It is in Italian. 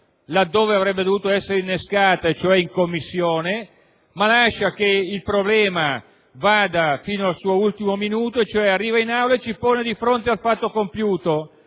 (dove avrebbe dovuto essere innescata, cioè in Commissione), ma lascia che il problema si trascini fino all'ultimo minuto: arriva in Aula, ci pone di fronte al fatto compiuto